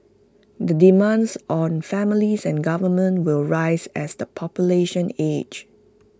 the demands on families and government will rise as the population ages